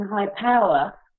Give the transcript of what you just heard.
high-power